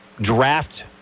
draft